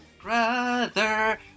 Brother